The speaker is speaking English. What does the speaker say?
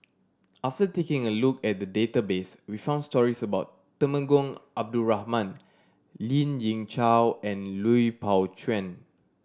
after taking a look at the database we found stories about Temenggong Abdul Rahman Lien Ying Chow and Lui Pao Chuen